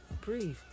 Breathe